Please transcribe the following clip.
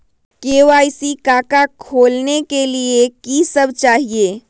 KYC का का खोलने के लिए कि सब चाहिए?